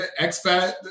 expat